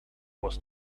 was